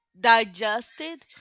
digested